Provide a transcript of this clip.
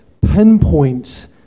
pinpoint